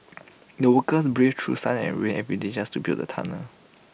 the workers braved through sun and rain every day just to build the tunnel